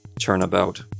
Turnabout